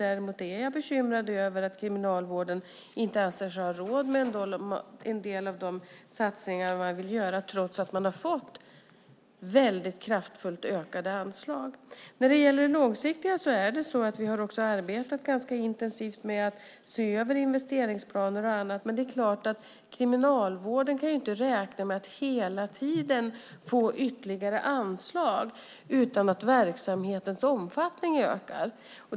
Däremot är jag bekymrad över att Kriminalvården inte anser sig ha råd med en del av de satsningar man vill göra trots att man har fått kraftfullt ökade anslag. När det gäller det långsiktiga har vi också arbetat ganska intensivt med att se över investeringsplaner och annat. Men Kriminalvården kan ju inte räkna med att hela tiden få ytterligare anslag utan att verksamhetens omfattning ökar.